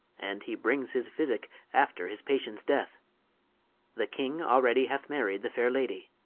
and he brings his physicke after his patients death the king already hath married the faire lady